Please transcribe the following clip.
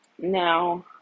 Now